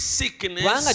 sickness